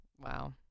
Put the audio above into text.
Wow